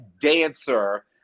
dancer